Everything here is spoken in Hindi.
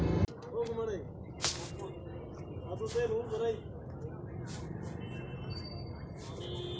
अपने घर के लिए नया इंडियन गैस कनेक्शन कैसे प्राप्त करें?